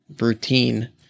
routine